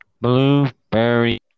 Blueberry